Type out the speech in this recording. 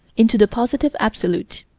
into the positive absolute.